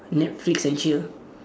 netflix and chill